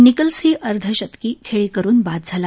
निकल्सही अर्धशतकी खेळी करुन बाद झाला